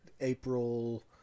April